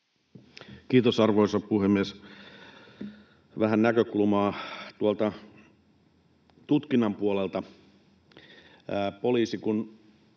Kiitos, arvoisa puhemies! Vähän näkökulmaa tuolta tutkinnan puolelta: Kun poliisi